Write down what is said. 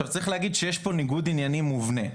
צריך להגיד שיש פה ניגוד עניינים מובנה.